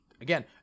again